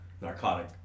narcotic